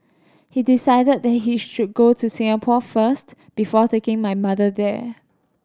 he decided that he should go to Singapore first before taking my mother there